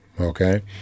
Okay